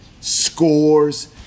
scores